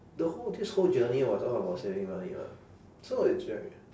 the whole this whole journey was all about saving money [what] so it's very